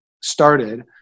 started